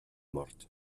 mort